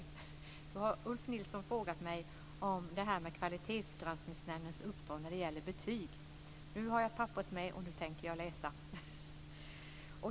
Då har Ulf Nilsson frågat mig om Kvalitetsgranskningsnämndens uppdrag när det gäller betyg. Nu har jag papperet med, och nu tänker jag läsa.